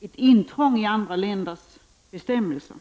ett intrång i andra länders bestämmelser.